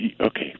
Okay